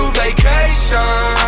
vacation